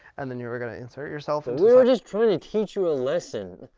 and, then you were going to insert yourself into. we were just trying to teach you a lesson.